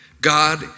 God